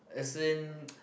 as in